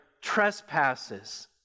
trespasses